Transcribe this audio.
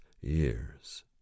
years